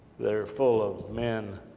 that are full of men,